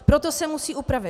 Proto se musí upravit.